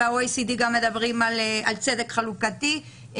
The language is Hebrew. ב-OECD גם מדברים על צדק חלוקתי.